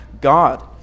God